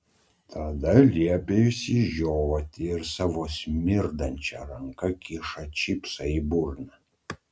tada liepia išsižioti ir savo smirdančia ranka kiša čipsą į burną